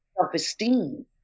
self-esteem